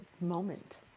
moment